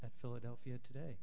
at philadelphia today